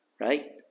right